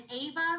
Ava